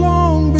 Long